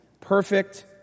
perfect